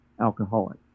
alcoholic